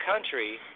country